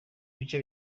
bice